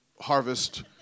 Harvest